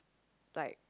like